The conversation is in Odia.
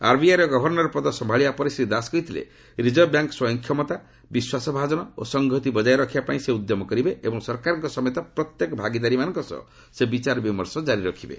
ଆର୍ବିଆଇ ର ଗଭର୍ଣ୍ଣର ପଦ ସମ୍ଭାଳିବା ପରେ ଶ୍ରୀ ଦାସ କହିଥିଲେ ରିଜର୍ଭ ବ୍ୟାଙ୍କ୍ ସ୍ୱୟଂ କ୍ଷମତା ବିଶ୍ୱାସ ଭାଜନ ଓ ସଂହତି ବଜାୟ ରଖିବା ପାଇଁ ସେ ଉଦ୍ୟମ କରିବେ ଏବଂ ସରକାରଙ୍କ ସମେତ ପ୍ରତ୍ୟେକ ଭାଗିଦାରୀମାନଙ୍କ ସହ ସେ ବିଚାର ବିମର୍ସ ଜାରି ରଖିବେ